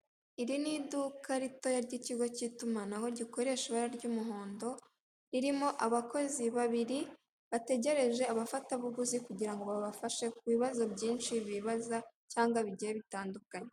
Iri ni iduka ritoya ry'ikigo k'itumanaho gikoresha ibara ry'umuhondo ririmo abakozi babiri bategereje abafatabuguzi kugira ngo babafashe ku bibazo byinshi bibaza cyangwa bigiye bitandukanye.